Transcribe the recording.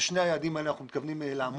בשני היעדים האלה אנחנו מתכוונים לעמוד.